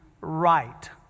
right